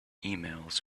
emails